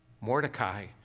Mordecai